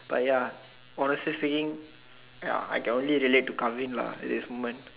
but ya honestly speaking ya I can only relate to Kelvin lah at this moment